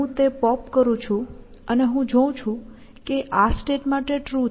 હું તે પોપ કરું છું અને હું જોઉં છું કે આ સ્ટેટમાં તે ટ્રુ છે